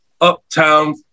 Uptown